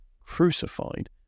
crucified